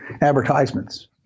advertisements